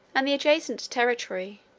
and the adjacent territory,